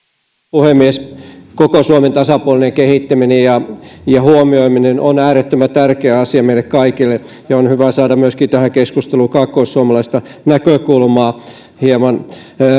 puhemies koko suomen tasapuolinen kehittäminen ja ja huomioiminen on äärettömän tärkeä asia meille kaikille ja on hyvä saada myöskin tähän keskusteluun kaakkoissuomalaista näkökulmaa hieman